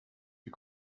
wie